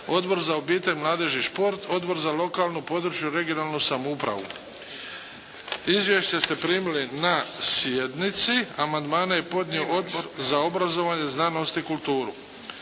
Odbor za obitelj, mladež i šport, Odbor za lokalnu, područnu, regionalnu samoupravu. Izvješće ste primili na sjednici. Amandmane je podnio Odbor za obrazovanje, znanost i kulturu.